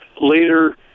later